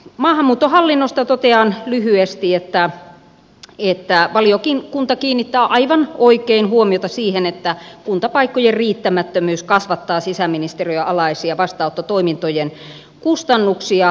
maahanmuuttohallinnosta totean lyhyesti että valiokunta kiinnittää aivan oikein huomiota siihen että kuntapaikkojen riittämättömyys kasvattaa sisäministeriön alaisten vastaanottotoimintojen kustannuksia merkittävästi